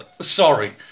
Sorry